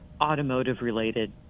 automotive-related